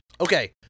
Okay